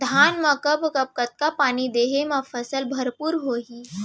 धान मा कब कब कतका पानी देहे मा फसल भरपूर होही?